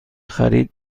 خرید